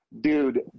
dude